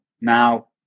now